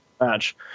match